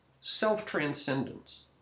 self-transcendence